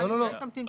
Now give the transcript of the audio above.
אולי תמתין שנקרא?